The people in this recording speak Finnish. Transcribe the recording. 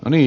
ali